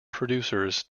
producers